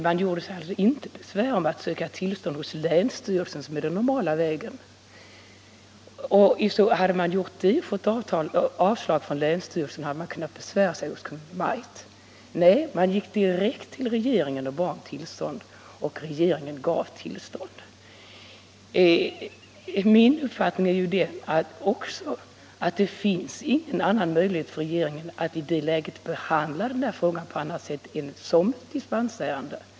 Man gjorde sig alltså inte omaket att söka tillstånd hos länsstyrelsen, som är den normala vägen. Hade man gjort det och fått avslag från länsstyrelsen hade man kunnat besvära sig hos Kungl. Maj:t. Nej, man gick direkt till regeringen och bad om tillstånd, och regeringen gav tillstånd. Min uppfattning är också den att det inte finns någon annan möjlighet för regeringen att i det läget behandla denna fråga på annat sätt än som ett dispensärende.